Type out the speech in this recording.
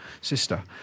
sister